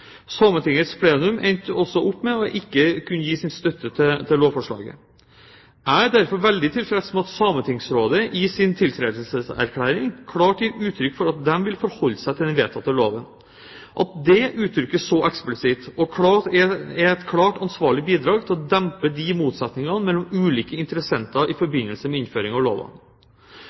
Sametingets plenum endte også opp med ikke å kunne gi sin støtte til lovforslaget. Jeg er derfor veldig tilfreds med at Sametingsrådet i sin tiltredelseserklæring klart gir uttrykk for at de vil forholde seg til den vedtatte loven. At det uttrykkes så eksplisitt og klart, er et ansvarlig bidrag til å dempe motsetningene mellom ulike interessenter i forbindelse med innføringen av